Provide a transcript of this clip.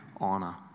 honor